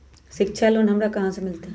शिक्षा लोन हमरा कहाँ से मिलतै?